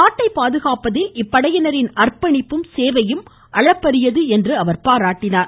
நாட்டை பாதுகாப்பதில் இப்படையினரின் அர்ப்பணிப்பும் சேவையும் அளப்பரியது என்று பாராட்டியுள்ளார்